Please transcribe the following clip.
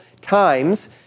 times